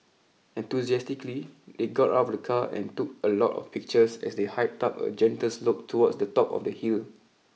enthusiastically they got out of the car and took a lot of pictures as they hiked up a gentle slope towards the top of the hill